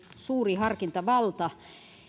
suuri harkintavalta